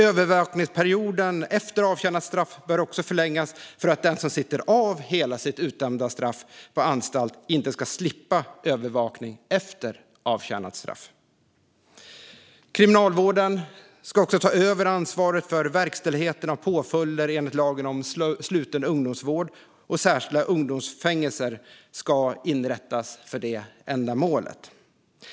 Övervakningsperioden efter avtjänat straff bör också förlängas för att den som sitter av hela sitt utdömda straff på anstalt inte ska slippa övervakning efter avtjänat straff. Kriminalvården ska ta över ansvaret för verkställigheten av påföljder enligt lagen om sluten ungdomsvård, och särskilda ungdomsfängelser ska inrättas för ändamålet.